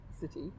city